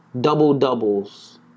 double-doubles